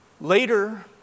Later